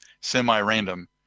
semi-random